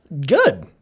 Good